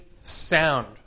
sound